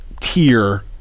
tier